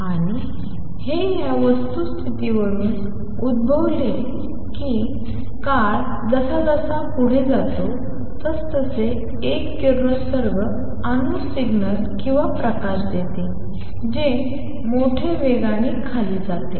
आणि हे या वस्तुस्थितीवरून उद्भवले की काळ जसजसा पुढे जातो तसतसे एक किरणोत्सर्गी अणू सिग्नल किंवा प्रकाश देतो जे मोठे वेगाने खाली जाते